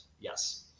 Yes